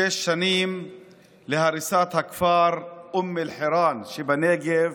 שש שנים להריסת הכפר אום אל-חיראן שבנגב